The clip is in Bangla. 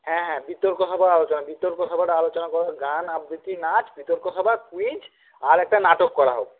হ্যাঁ হ্যাঁ বিতর্ক সভার আলোচনা বিতর্ক সভাটা আলোচনা গান আবৃত্তি নাচ বিতর্ক সভা ক্যুইজ আর একটা নাটক করা হোক